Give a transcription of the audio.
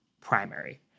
primary